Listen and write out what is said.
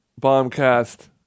Bombcast